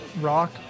rock